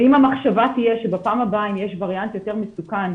ואם המחשבה תהיה שבפעם הבאה אם יש וריאנט יותר מסוכן,